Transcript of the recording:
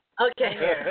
Okay